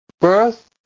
birth